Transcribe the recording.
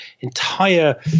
entire